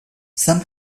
some